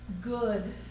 good